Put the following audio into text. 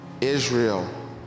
Israel